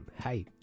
Hi